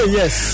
yes